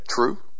true